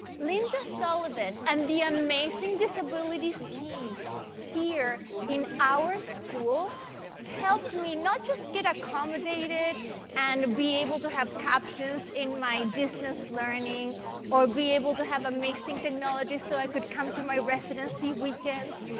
linda sullivan and the amazing disabilities team here in our school helped me not just get accommodated and be able to have captions in my distance learning or be able to have amazing technology so i could come do my residency weekends.